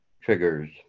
triggers